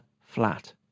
flat